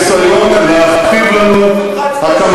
בניסיון להכתיב לנו, אתה לא פועל באופן חד-צדדי?